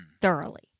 thoroughly